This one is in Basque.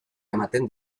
ematen